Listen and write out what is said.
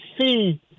see